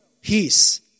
Peace